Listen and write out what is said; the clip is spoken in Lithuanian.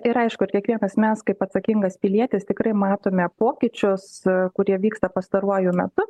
ir aišku ir kiekvienas mes kaip atsakingas pilietis tikrai matome pokyčius kurie vyksta pastaruoju metu